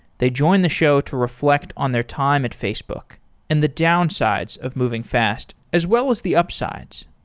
they join the show to reflect on their time at facebook and the downsides of moving fast as well as the upsides.